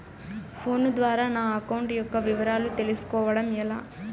Phone ద్వారా నా account యొక్క వివరాలు తెలుస్కోవడం ఎలా?